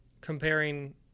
comparing